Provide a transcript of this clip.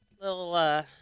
Little